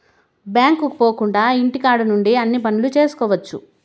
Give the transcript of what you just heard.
బ్యాంకుకు పోకుండా ఇంటికాడ నుండి అన్ని పనులు చేసుకోవచ్చు